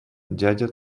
дядя